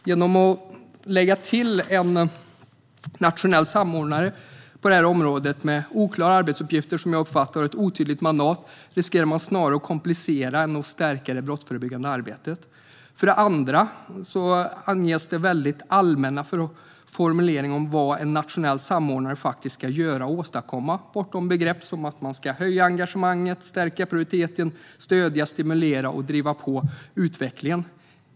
Genom att lägga till en nationell samordnare på detta område med vad jag uppfattar som oklara arbetsuppgifter och ett otydligt mandat riskerar man att snarare komplicera än stärka det brottsförebyggande arbetet. För det andra anges det väldigt allmänna formuleringar av vad en nationell samordnare faktiskt ska göra och åstadkomma bortom begrepp som att höja engagemanget, stärka prioriteten samt stödja, stimulera och driva på utvecklingen.